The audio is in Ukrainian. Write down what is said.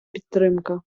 підтримка